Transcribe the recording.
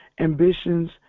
ambitions